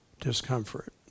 discomfort